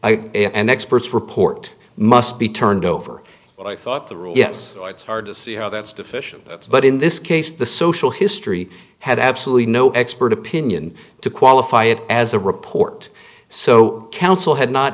am an expert's report must be turned over but i thought the rule yes it's hard to see how that's deficient but in this case the social history had absolutely no expert opinion to qualify it as a report so counsel had not